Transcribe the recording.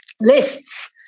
lists